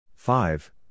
Five